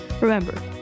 Remember